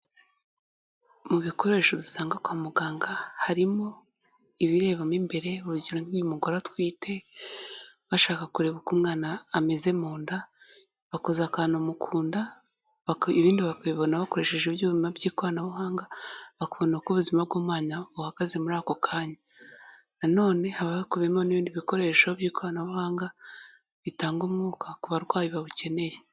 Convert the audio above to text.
Mu bikoresho usanga kwa muganga harimo ibirebamo imbere, urugero nk'iyo umugore atwite bashaka kureba uko umwana ameze mu nda. Bakoza akantu kunda, ibindi bakabibonaho bakoresheje ibyuma by'ikoranabuhanga bakabona uko ubuzima bw'umwana buhagaze muri ako kanya. Na none haba hakubiyemo n'ibindi bikoresho by'ikoranabuhanga bitanga umwuka ku barwayi bawukeneye.